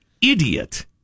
idiot